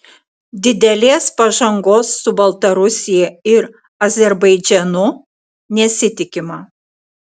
didelės pažangos su baltarusija ir azerbaidžanu nesitikima